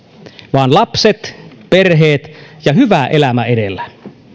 vaan lapset perheet ja hyvä elämä edellä